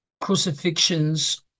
crucifixions